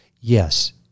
Yes